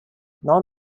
non